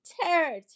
Terror